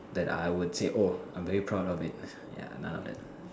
that I would say oh I'm very proud of it ya none of that